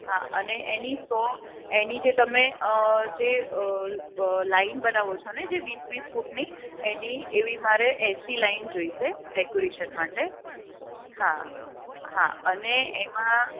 હા અને એની સો એની જે તમે જે લાઇન બનાવો છોને જે વીસ વીસ ફૂટની એની મારે એવી એસી લાઇન જોઈસે ડેકોરેશન માટે હા હા અને એમા